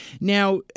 Now